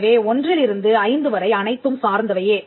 எனவே ஒன்றிலிருந்து ஐந்து வரை அனைத்தும் சார்ந்தவையே